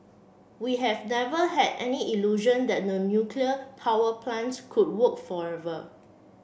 we have never had any illusion that the nuclear power plant could work forever